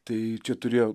tai čia turėjo